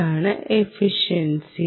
ഇതാണ് എഫിഷൻസി